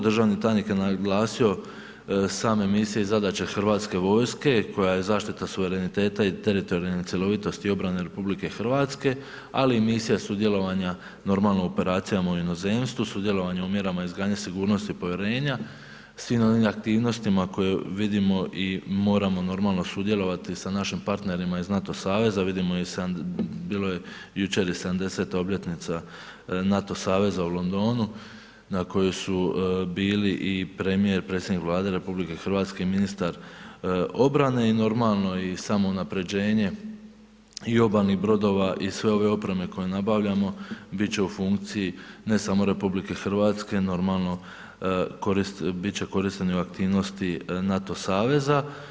Državni tajnik je naglasio same misije i zadaće Hrvatske vojske koja je zaštita suvereniteta i teritorijalne cjelovitosti i obrane RH ali i misija sudjelovanja normalno u operacijama u inozemstvu, sudjelovanje u mjerama izgradnje sigurnosti i povjerenja, svim onim aktivnostima koje vidimo i moramo normalno sudjelovati sa našim partnerima iz NATO saveza, vidimo i bilo je jučer i 70-ta obljetnica NATO saveza u Londonu na kojoj su bili i premijer i predsjednik Vlade RH i ministar obrane i normalno i samo unapređenje i obalnih brodova i sve ove opreme koju nabavljamo bit će u funkciji ne samo RH, normalno bit će korišteni i u aktivnosti NATO saveza.